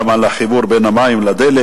גם על החיבור בין המים לדלק.